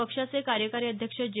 पक्षाचे कार्यकारी अध्यक्ष जे